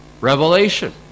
Revelation